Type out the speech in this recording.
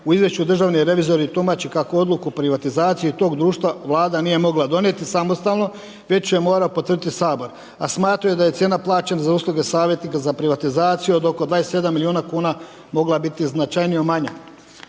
u izvješću državni revizor tumače kako odluku o privatizaciji tog društva Vlada nije mogla donijeti samostalno, već je morao potvrditi Sabor, a smatraju da je cijena plaćena za usluge savjetnika, za privatizaciju od oko 27 milijuna kuna mogla biti značajnije manja.